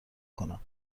کنم